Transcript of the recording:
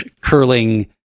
curling